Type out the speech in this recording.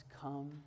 come